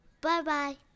Bye-bye